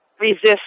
resist